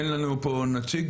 אין לנו פה נציג,